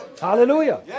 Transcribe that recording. Hallelujah